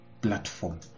platform